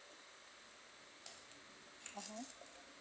(uh huh)